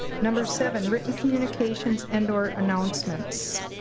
number seven, written communications and or announcements.